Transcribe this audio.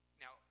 now